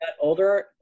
older